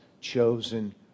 chosen